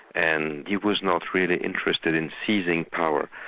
and he was not really interested in seizing power,